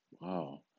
Wow